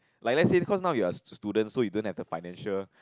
like let's say cause now you are student so you don't have the financial